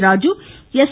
Raju S